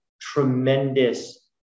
tremendous